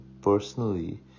personally